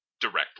directly